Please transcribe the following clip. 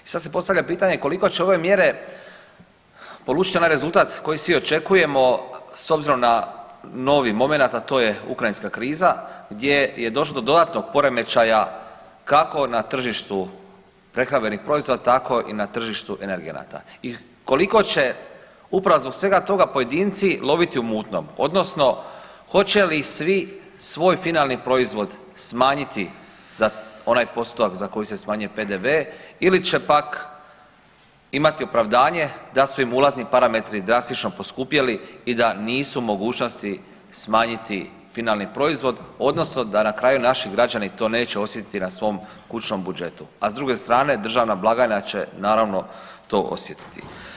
I sada se postavlja pitanje koliko će ove mjere polučiti onaj rezultat koji svi očekujemo s obzirom na novi momenat, a to je ukrajinska kriza gdje je došlo do dodatnog poremećaja kako na tržištu prehrambenih proizvoda tako i na tržištu energenata i koliko će upravo zbog svega toga pojedinci loviti u mutnom odnosno hoće li svi svoj finalni proizvod smanjiti za onaj postotak za koji se smanjuje PDV ili će pak imati opravdanje da su im ulazni parametri drastično poskupjeli i da nisu u mogućnosti smanjiti finalni proizvod odnosno da na kraju naši građani to neće osjetiti na svom kućnom budžetu, a s druge strane državna blagajna će naravno to osjetiti.